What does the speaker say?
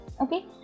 Okay